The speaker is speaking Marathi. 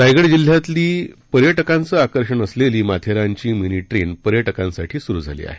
रायगड जिल्ह्यातली पर्याक्रांचं आकर्षण असलेली माथेरानची मिनी ट्रेन पर्याक्रांसाठी सुरू झाली आहे